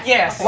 Yes